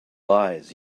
lies